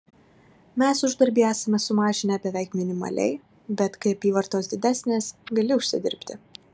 mes uždarbį esame sumažinę beveik minimaliai bet kai apyvartos didesnės gali užsidirbti